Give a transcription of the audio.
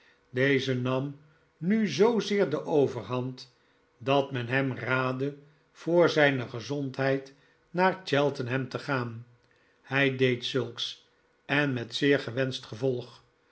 deze nam nu zoozeer de overhand dat men hem raadde voor zijne gezondheid naar ch el tendickens josef qrimaldi jozep grimaldi ham te gaan hij deed zulks en met zeer gewenscht gevolg